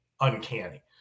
uncanny